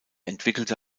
entwickelte